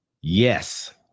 Yes